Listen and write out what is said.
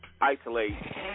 isolate